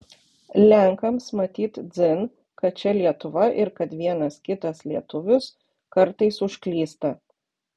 lenkams matyt dzin kad čia lietuva ir kad vienas kitas lietuvis kartais užklysta